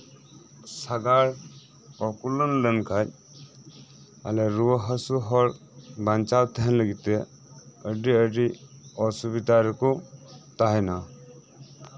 ᱥᱟᱜᱟᱲ ᱚᱠᱚᱞᱟᱱ ᱞᱮᱱᱠᱷᱟᱱ ᱟᱞᱮ ᱨᱩᱣᱟᱹ ᱦᱟᱹᱥᱳ ᱦᱚᱲ ᱵᱟᱧᱪᱟᱣ ᱛᱟᱦᱮᱱ ᱞᱟᱹᱜᱤᱫ ᱛᱮ ᱟᱹᱰᱤ ᱟᱹᱰᱤ ᱚᱥᱩᱵᱤᱫᱷᱟ ᱨᱮᱠᱚ ᱛᱟᱦᱮᱱᱟ